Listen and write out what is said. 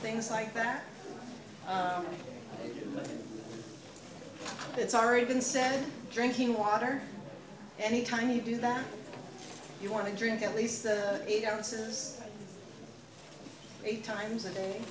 things like that it's already been said drinking water any time you do that you want to drink at least eight ounces eight times a day